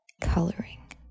coloring